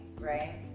right